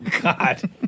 God